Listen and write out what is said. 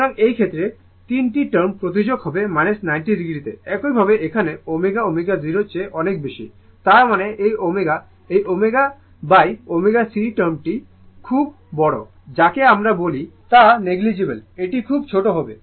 সুতরাং এই ক্ষেত্রে 3 টি টার্ম প্রতিঝোঁক হবে 90o তে একইভাবে এখানে ω ω0 চেয়ে অনেক বেশি তার মানে এই ω এই ωω C টার্মটি খুব বড় যাকে আমরা বলি তা নেগলিজিবল এটি খুব ছোট হবে